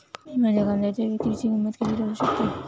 मी माझ्या कांद्यांच्या विक्रीची किंमत किती ठरवू शकतो?